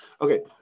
Okay